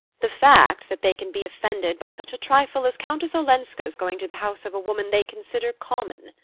the fact that they can be offended by such a trifle as countess olenska's going to the house of a woman they consider common.